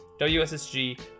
WSSG